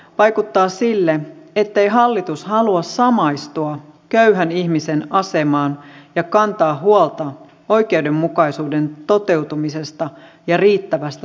vaikuttaa sille ettei hallitus halua samaistua köyhän ihmisen asemaan ja kantaa huolta oikeudenmukaisuuden toteutumisesta ja riittävästä toimeentulosta